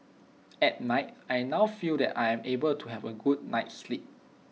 at night I now feel that I am able to have A good night's sleep